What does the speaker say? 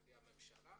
הממשלה.